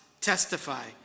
testify